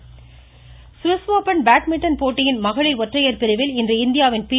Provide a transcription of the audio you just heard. badminton Swiss Open badminton போட்டியின் மகளிர் ஒற்றையர் பிரிவில் இன்று இந்தியாவின் பி